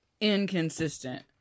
inconsistent